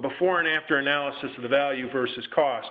before and after analysis of the value versus cost